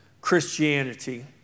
Christianity